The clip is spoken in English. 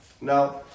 now